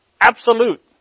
Absolute